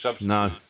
no